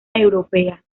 europea